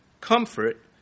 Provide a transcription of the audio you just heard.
comfort